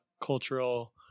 cultural